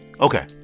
Okay